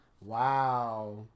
Wow